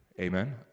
Amen